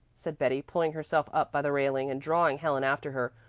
said betty, pulling herself up by the railing and drawing helen after her.